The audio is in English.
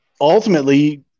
ultimately